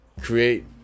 Create